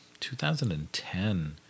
2010